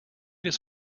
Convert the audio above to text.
his